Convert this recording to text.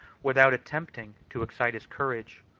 without attempting to excite his courage,